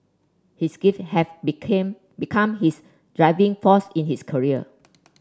his gift have became become his driving force in his career